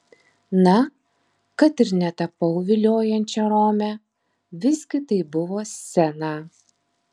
na kad ir netapau viliojančia rome visgi tai buvo scena